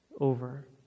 over